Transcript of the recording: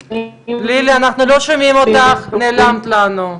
לילי, אנחנו לא שומעים אותך, נעלמת לנו.